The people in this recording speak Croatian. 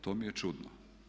To mi je čudno.